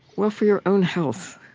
well, for your own health,